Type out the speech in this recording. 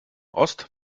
ost